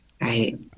right